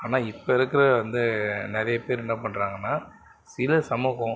ஆனால் இப்போ இருக்கிற வந்து நிறைய பேர் என்ன பண்றாங்கன்னால் சில சமூகம்